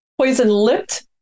Poison-lipped